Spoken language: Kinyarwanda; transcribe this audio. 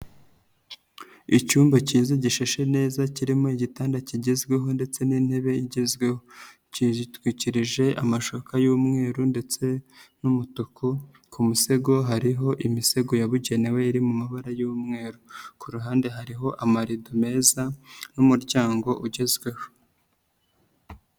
Icyumba kiza gisheshe neza kirimo igitanda kigezweho ndetse n'intebe igezweho, gitwikirije amashuka y'umweru ndetse n'umutuku, ku musego hariho imisego yabugenewe iri mu mabara y'umweru, ku ruhande hariho amarido meza n'umuryango ugezweho.